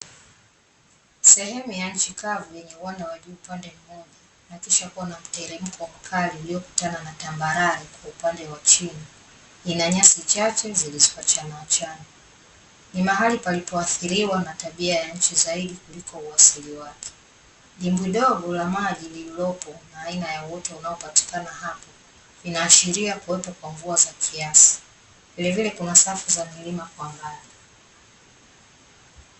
Sehemu ya nchi kavu yenye uwanda wa juu upande mmoja, na kisha kuwa na mteremko mkali uliokutana na tambarare kwa upande wa chini, ina nyasi chache zilizoachana achana. Ni mahali palipoathiriwa na tabia ya nchi zaidi kuliko uasili wake. Dimbwi dogo la maji lililopo na aina ya uoto unaopatikana hapo, vinaashiria kuwepo kwa mvua za kiasi. Vilevile kuna safu za milima kwa mbali.